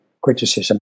criticism